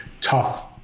tough